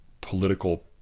political